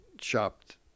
shopped